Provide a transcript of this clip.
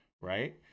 Right